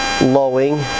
lowing